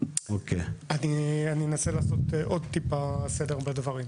אני אנסה לעשות מעט סדר בדברים.